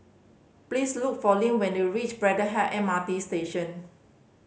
please look for Leann when you reach Braddell M R T Station